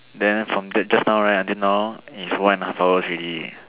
then from that just now right until now is one and a half hours already